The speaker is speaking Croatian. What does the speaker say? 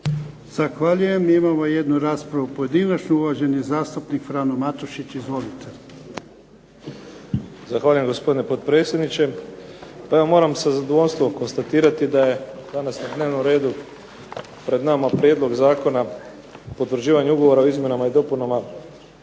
Zahvaljujem. Imamo jednu raspravu pojedinačnu, uvaženi zastupnik Frano Matušić. Izvolite. **Matušić, Frano (HDZ)** Zahvaljujem gospodine potpredsjedniče. Pa evo moram sa zadovoljstvom konstatirati da je danas na dnevnom redu pred nama Prijedlog Zakona o potvrđivanju Ugovora o izmjenama i dopunama